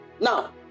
Now